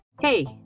Hey